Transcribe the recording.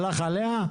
הלך עליה?